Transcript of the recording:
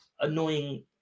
annoying